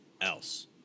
else